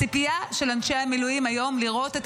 הציפייה של אנשי המילואים היום היא לראות את